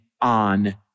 on